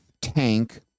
tank